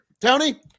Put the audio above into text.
Tony